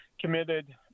committed